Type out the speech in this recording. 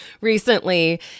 recently